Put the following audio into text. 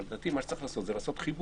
אבל לדעתי צריך לעשות חיבור.